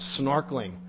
snorkeling